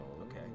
okay